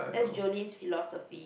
that's Jolene's philosophy